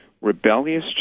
rebellious